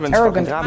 arrogant